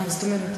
מה זאת אומרת?